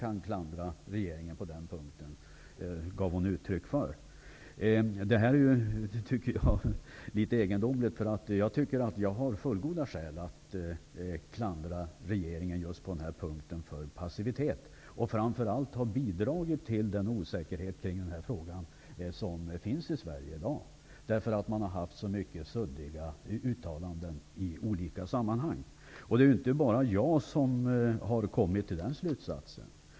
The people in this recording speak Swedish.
Jag tycker att det är litet egendomligt, för jag anser att jag har fullgoda skäl att klandra regeringen för passivitet på just denna punkt. Framför allt har regeringen bidragit till den osäkerhet kring frågan som i dag finns i Sverige. Det har ju förekommit mycket luddiga uttalanden i olika sammanhang. Det är inte bara jag som har dragit den slutsatsen.